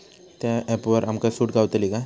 त्या ऍपवर आमका सूट गावतली काय?